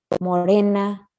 morena